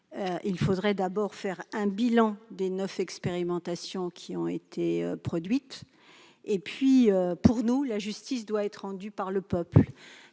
il faudrait d'abord dresser le bilan des neuf expérimentations qui ont été conduites. Selon nous, la justice doit être rendue par le peuple.